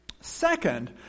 Second